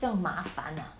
这样麻烦 ah